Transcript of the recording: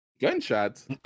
Gunshots